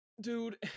Dude